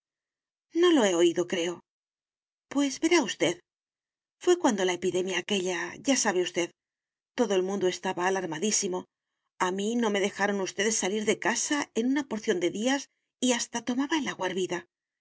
no lo he oído creo pues verá usted fué cuando la epidemia aquella ya sabe usted todo el mundo estaba alarmadísimo a mí no me dejaron ustedes salir de casa en una porción de días y hasta tomaba el agua